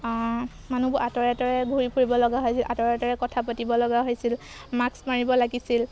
মানুহবোৰ আঁতৰে আঁতৰে ঘূৰি ফুৰিব লগা হৈছিল আঁতৰাতৰে কথা পাতিব লগা হৈছিল মাক্স মাৰিব লাগিছিল